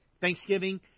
Thanksgiving